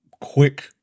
Quick